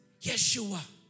Yeshua